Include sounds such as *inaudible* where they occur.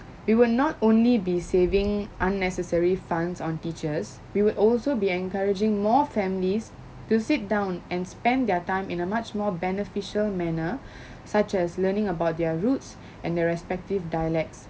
it will not only be saving unnecessary funds on teachers we would also be encouraging more families to sit down and spend their time in a much more beneficial manner *breath* such as learning about their roots *breath* and their respective dialects